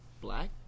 black